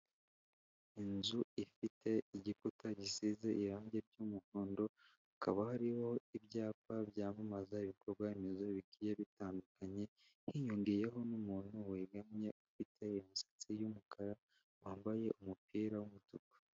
Inzu ifite igikuta gisize irangi ry'umuhondo, hakaba hariho ibyapa byamamaza ibikorwa remezo bikeya bitandukanye, hiyongeyeho n'umuntu wegamye ufite imisatsi y'umukara wambaye umupira w'umutuku.